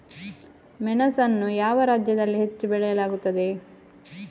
ಮೆಣಸನ್ನು ಯಾವ ರಾಜ್ಯದಲ್ಲಿ ಹೆಚ್ಚು ಬೆಳೆಯಲಾಗುತ್ತದೆ?